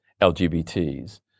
LGBTs